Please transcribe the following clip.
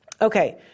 okay